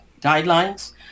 guidelines